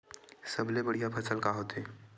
सबले बढ़िया फसल का होथे?